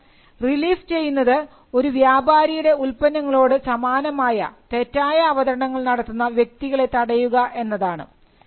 കാരണം റിലീഫ് ചെയ്യുന്നത് ഒരു വ്യാപാരിയുടെ ഉൽപ്പന്നങ്ങളോട് സമാനമായ തെറ്റായ അവതരണങ്ങൾ നടത്തുന്ന വ്യക്തികളെ തടയുക എന്നതാണ്